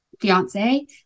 fiance